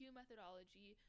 methodology